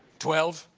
twelve?